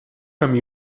some